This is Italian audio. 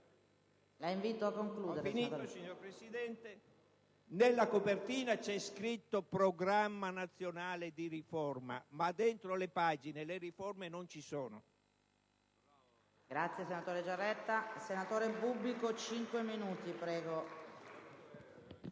la invito a concludere.